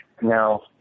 Now